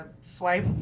swipe